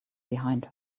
behind